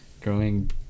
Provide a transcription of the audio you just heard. growing